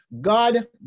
God